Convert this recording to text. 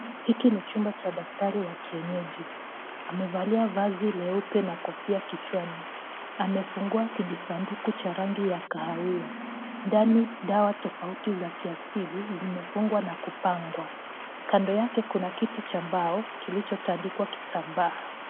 Hiki ni chumba cha daktari wa kienyeji, amevalia vazi leupe na kofia kichwani, amefungua kijisanduku cha rangi ya kahawia ndani dawa tofauti za kiasili zimefungwa na kupangwa. Kando yake kuna kiti cha mbao kilichotandikwa kitambaa.